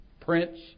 Prince